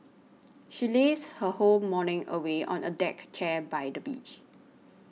she lazed her whole morning away on a deck chair by the beach